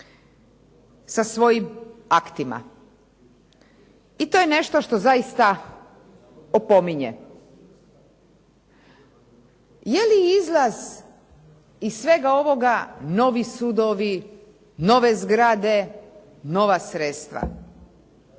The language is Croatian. sa svojim aktima. I to je nešto što zaista opominje. Je li izlaz iz svega ovoga novi sudovi, nove zgrade, nova sredstva?